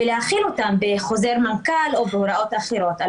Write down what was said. ולהחיל אותם בחוזר מנכ"ל או בהוראות אחרות על